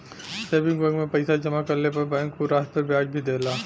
saving bank में पैसा जमा करले पर बैंक उ राशि पर ब्याज भी देला